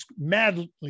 madly